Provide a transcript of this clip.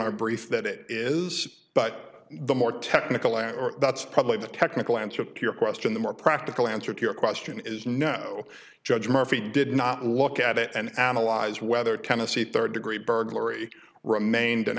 our brief that it is but the more technical and or that's probably the technical answer to your question the more practical answer to your question is no judge murphy did not look at it and analyze whether tennessee third degree burglary remained